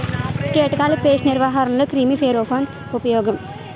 కీటకాల పేస్ట్ నిర్వహణలో క్రిమి ఫెరోమోన్ ఉపయోగం